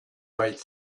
right